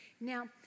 Now